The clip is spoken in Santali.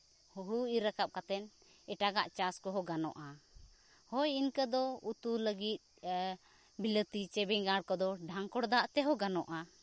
ᱦᱳᱲᱳ ᱤᱨᱻ ᱨᱟᱠᱟᱵᱽ ᱠᱟᱛᱮ ᱮᱴᱟᱜᱟ ᱪᱟᱥ ᱠᱚᱦᱚᱸ ᱜᱟᱱᱚᱜᱼᱟ ᱦᱳᱭ ᱤᱱᱠᱟᱹ ᱫᱚ ᱩᱛᱩ ᱞᱟᱹᱜᱤᱫ ᱵᱤᱞᱟᱹᱛᱤ ᱪᱮ ᱵᱮᱜᱟᱲ ᱠᱚᱫᱚ ᱰᱷᱟᱝᱠᱚᱲ ᱫᱟᱜ ᱛᱮᱦᱚᱸ ᱜᱟᱱᱚᱜᱼᱟ